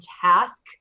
task